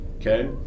Okay